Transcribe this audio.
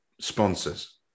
sponsors